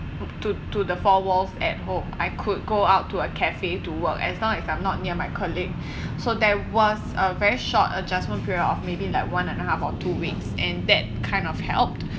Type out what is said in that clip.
to to the four walls at home I could go out to a cafe to work as long as I'm not near my colleague so there was a very short adjustment period of maybe like one and a half or two weeks and that kind of helped